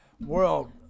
world